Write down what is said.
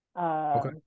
Okay